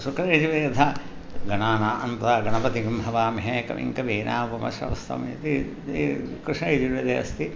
शुक्लयजुर्वेदे गणानां त्वा गणपतिं हवामहे कविं कविनामुपमश्रवस्तम् इति कृष्णयजुर्वेदे अस्ति